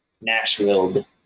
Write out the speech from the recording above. Nashville